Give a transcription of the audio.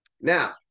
Now